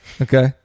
Okay